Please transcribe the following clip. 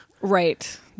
Right